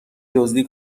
دزدی